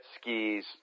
skis